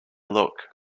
look